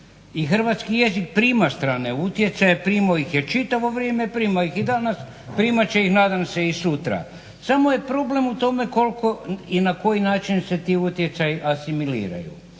i hrvatski jezik prima strane utjecaje, primao ih je čitavo vrijeme, prima ih i danas, primat će ih nadam se i sutra. Samo je problem u tome koliko i na koji način se ti utjecaji asimiliraju.